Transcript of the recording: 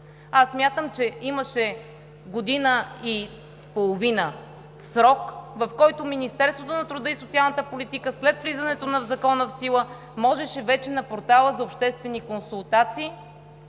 Аз смятам, че имаше година и половина срок, в който Министерството на труда и социалната политика след влизането на Закона в сила можеше на Портала за обществени консултации